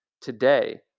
Today